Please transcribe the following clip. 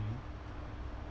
ah